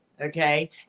okay